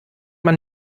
man